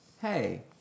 hey